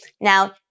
Now